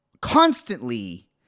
constantly